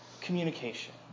communication